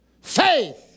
faith